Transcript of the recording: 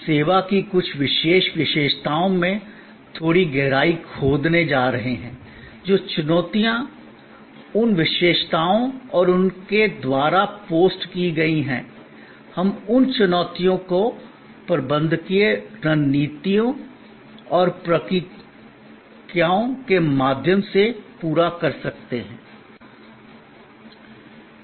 हम सेवा की कुछ विशेष विशेषताओं में थोड़ी गहराई खोदने जा रहे हैं जो चुनौतियाँ उन विशेषताओं और उनके द्वारा पोस्ट की गई हैं हम उन चुनौतियों को प्रबंधकीय रणनीतियों और प्रक्रियाओं के माध्यम से पूरा करते हैं